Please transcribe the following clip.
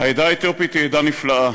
העדה האתיופית היא עדה נפלאה.